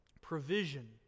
provision